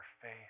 faith